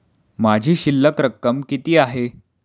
माझी शिल्लक रक्कम किती आहे?